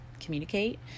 communicate